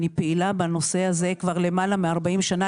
אני פעילה בנושא הזה כבר למעלה מ-40 שנה,